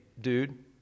dude